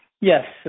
Yes